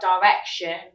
direction